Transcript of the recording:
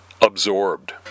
absorbed